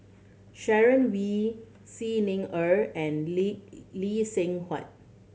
Sharon Wee Xi Ni Er and Lee Lee Seng Huat